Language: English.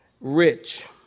Rich